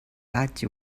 dodgy